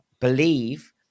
believe